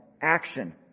action